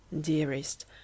Dearest